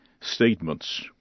Statements